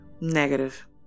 Negative